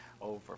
over